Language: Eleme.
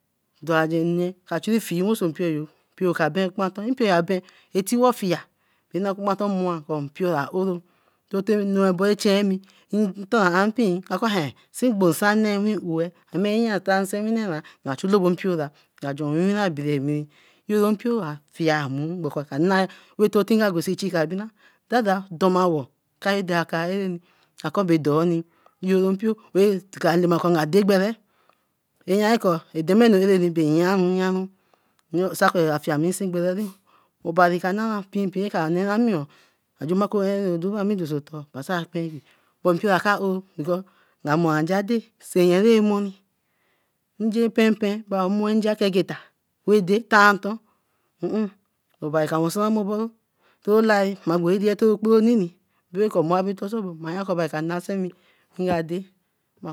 Jora agen yen a churi fie wen so. pioro, mpio ka ben kpanton. Mpio yo a ben a tiwo fie. Yoro mpio ra fie muro beko ka na ra ko ka bina DaDa domawo, ndaka areni ako bey doani. yoro mpio kalamakor nga dei bere, a yanikor demenu arera bey yaru sakor ekafiemuru sinbere. Obari ka na pien pien kra neera miyo ajumakor odo bra mi dosetor. Mpio ra ka oro kor nga mor nja dey, nye rai moro. Nje penpen nja kegeta wey dey tai nton. obari ka wesamoru oboru. To lai to kporo nini breko mmu abere tonsun. Mayor kor obari ka na semi nga dey.